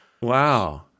Wow